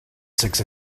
six